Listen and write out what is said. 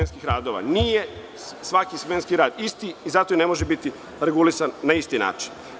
Nije svaki smenski rad isti i zato i ne može biti regulisan na isti način.